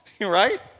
right